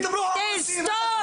תסתום.